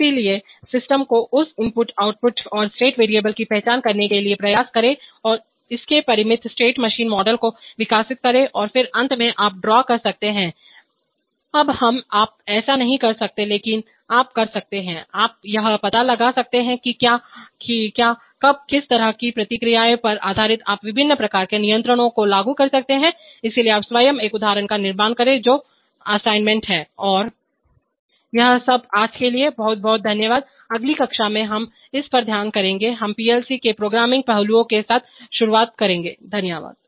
इसलिए सिस्टम को उसके इनपुट आउटपुट और स्टेट वैरिएबल की पहचान करने के लिए प्रयास करें उसके परिमित स्टेट मशीन मॉडल को विकसित करें और फिर अंत में आप ड्रा कर सकते हैं हम अब आप ऐसा नहीं कर सकते लेकिन आप कर सकते हैं लेकिन आप यह पता लगा सकते हैं कि क्या कब किस तरह की प्रतिक्रिया पर आधारित आप विभिन्न प्रकार के नियंत्रणों को लागू कर सकते हैं इसलिए आप स्वयं एक उदाहरण का निर्माण करें जो असाइनमेंट है और यह सब आज के लिए है बहुत बहुत धन्यवाद अगली कक्षा से हम इस पर अध्ययन करेंगे हम पीएलसी के प्रोग्रामिंग पहलुओं के साथ शुरुआत करेंगे धन्यवाद